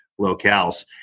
locales